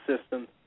system